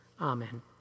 Amen